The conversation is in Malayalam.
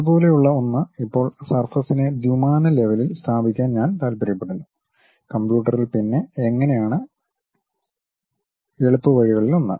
അതുപോലെയുള്ള ഒന്ന് ഇപ്പോൾ സർഫസിനെ ദ്വിമാന ലെവലിൽ സ്ഥാപിക്കാൻ ഞാൻ താൽപ്പര്യപ്പെടുന്നു കമ്പ്യൂട്ടറിൽ പിന്നെ എങ്ങനെയാണ് എളുപ്പവഴികളിലൊന്ന്